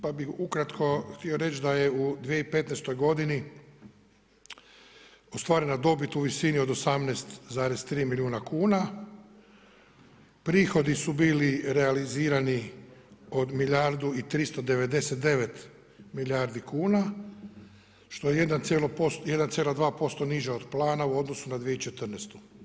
Pa bih ukratko htio reći da je u 2015. godini ostvarena dobit u visini od 18,3 milijuna kuna, prihodi su bili realizirani od milijardu i 399 milijuna kuna što je 1,2% niža od plana u odnosu na 2014.